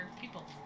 people